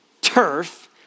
turf